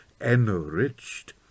enriched